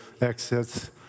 exits